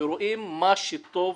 ורואים מה שטוב.